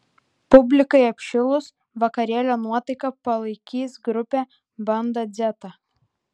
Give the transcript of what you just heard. publikai apšilus vakarėlio nuotaiką palaikys grupė banda dzeta